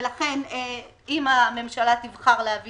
לכן, אם הממשלה תבחר להביא